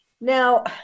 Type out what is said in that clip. Now